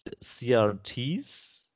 CRTs